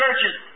churches